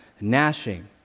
gnashing